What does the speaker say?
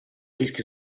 rischi